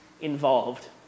involved